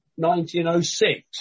1906